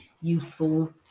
useful